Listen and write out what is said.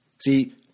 See